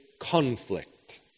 conflict